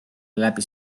läbi